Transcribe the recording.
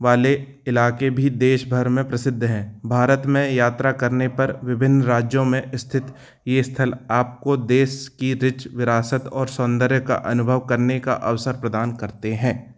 वाले इलाक़े भी देशभर में प्रसिद्ध हैं भारत में यात्रा करने पर विभिन्न राज्यों में स्थित ये स्थल आपको देश की रिच विरासत और सौंदर्य का अनुभव करने का अवसर प्रदान करते हैं